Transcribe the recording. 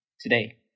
today